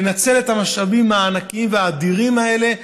לנצל את המשאבים הענקיים והאדירים האלה.